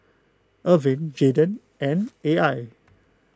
Ervin Jayden and A I